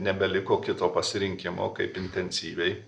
nebeliko kito pasirinkimo kaip intensyviai